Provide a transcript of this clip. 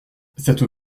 cette